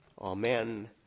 Amen